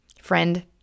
Friend